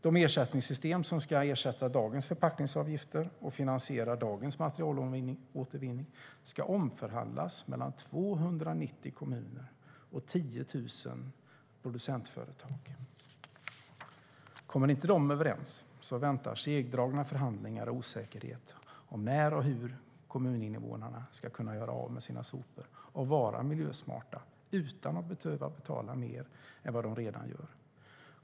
De ersättningssystem som ska ersätta dagens förpackningsavgifter och finansiera dagens materialåtervinning ska omförhandlas mellan 290 kommuner och 10 000 producentföretag. Kommer de inte överens väntar segdragna förhandlingar och osäkerhet om när och hur kommuninvånarna ska kunna göra av med sina sopor och vara miljösmarta utan att behöva betala mer än de redan gör.